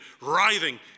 writhing